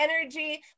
energy